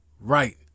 Right